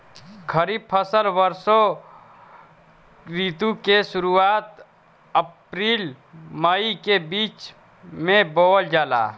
खरीफ फसल वषोॅ ऋतु के शुरुआत, अपृल मई के बीच में बोवल जाला